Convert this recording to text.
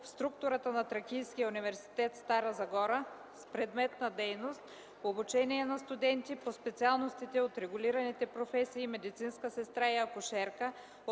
в структурата на Тракийския университет – Стара Загора, с предмет на дейност обучение на студенти по специалностите от регулираните професии „Медицинска сестра” и „Акушерка”